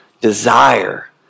desire